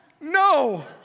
No